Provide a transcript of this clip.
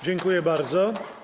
Dziękuję bardzo.